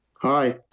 Hi